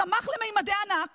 הוא צמח לממדי ענק